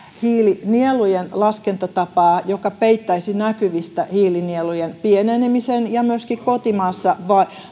hiilinielujen laskentatapaa joka peittäisi näkyvistä hiilinielujen pienenemisen ja myöskin kotimaassa